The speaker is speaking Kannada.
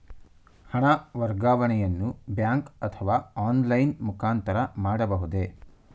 ಹಣ ವರ್ಗಾವಣೆಯನ್ನು ಬ್ಯಾಂಕ್ ಅಥವಾ ಆನ್ಲೈನ್ ಮುಖಾಂತರ ಮಾಡಬಹುದೇ?